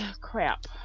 crap